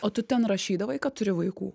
o tu ten rašydavai kad turi vaikų